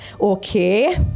okay